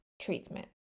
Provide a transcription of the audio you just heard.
treatment